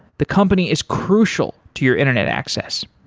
the company is crucial to your internet access.